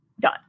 Done